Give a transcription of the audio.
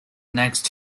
next